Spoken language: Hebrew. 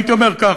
הייתי אומר כך,